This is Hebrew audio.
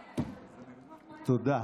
תודה.